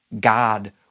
God